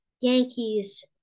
Yankees